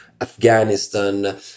Afghanistan